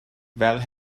fel